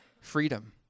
freedom